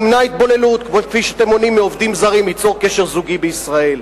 נמנע התבוללות כפי שאתם מונעים מעובדים זרים ליצור קשר זוגי בישראל.